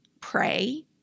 pray